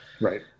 Right